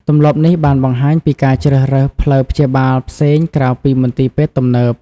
ទម្លាប់នេះបានបង្ហាញពីការជ្រើសរើសផ្លូវព្យាបាលផ្សេងក្រៅពីមន្ទីរពេទ្យទំនើប។